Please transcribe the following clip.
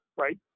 right